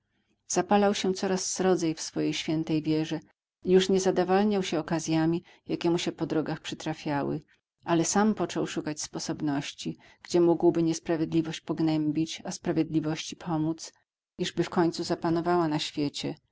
zapalał się coraz srodzej w swojej świętej wierze i już nie zadawalniał się okazjami jakie mu się po drogach przytrafiały ale sam począł szukać sposobności gdzie mógłby niesprawiedliwość pognębić a sprawiedliwości pomóc iżby w końcu zapanowała na świecie